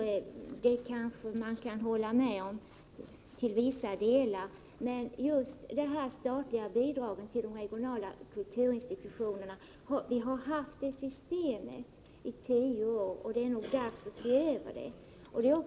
Det kan man kanske hålla med om till viss del. Men systemet med det statliga bidraget till regionala kulturinstitutioner har vi haft i tio år, och det är nog dags att se över det.